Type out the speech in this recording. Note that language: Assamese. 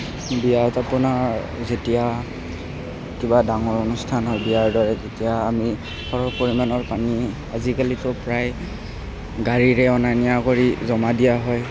বিয়াত আপোনাৰ যেতিয়া কিবা ডাঙৰ অনুষ্ঠান হয় বিয়াৰ দৰে তেতিয়া আমি সৰহ পৰিমাণৰ পানী আজিকালিতো প্ৰায় গাড়ীৰে অনা নিয়া কৰি জমা দিয়া হয়